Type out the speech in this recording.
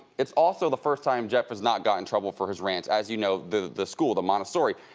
it's also the first time jeff has not got in trouble for his rants as you know the the school, the montessori.